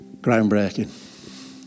Groundbreaking